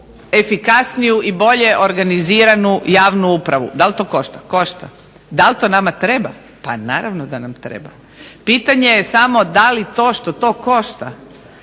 efikasniju i bolje organiziranu javnu upravu. Da li to košta? Košta. Da li to nama treba? Pa naravno da nam treba. Pitanje je samo da li to što to košta